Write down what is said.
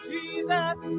Jesus